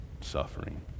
suffering